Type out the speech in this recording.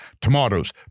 tomatoes